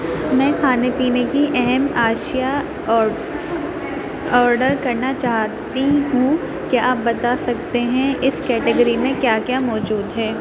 میں کھانے پینے کی اہم آشیاء اور آرڈر کرنا چاہتی ہوں کیا آپ بتا سکتے ہیں اس کیٹیگری میں کیا کیا موجود ہے